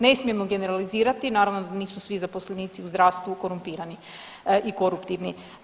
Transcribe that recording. Ne smijemo generalizirati, naravno da nisu svi zaposlenici u zdravstvu korumpirani i koruptivni.